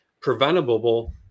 preventable